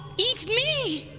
eat me!